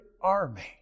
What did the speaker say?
army